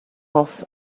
off